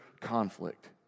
conflict